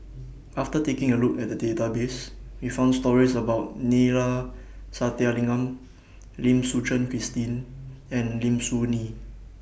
after taking A Look At The Database We found stories about Neila Sathyalingam Lim Suchen Christine and Lim Soo Ngee